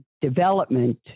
development